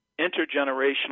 intergenerational